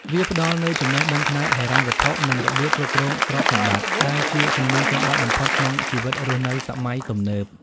វាផ្ដល់នូវចំណេះដឹងផ្នែកហិរញ្ញវត្ថុ និងរបៀបគ្រប់គ្រងទ្រព្យសម្បត្តិ ដែលជាជំនាញចាំបាច់បំផុតក្នុងជីវិតរស់នៅសម័យទំនើប។